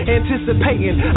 anticipating